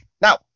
now